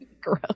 gross